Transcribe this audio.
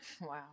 Wow